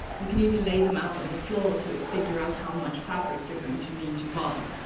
you can even lay them out on the floor, to figure out how much fabric you're going to need to buy.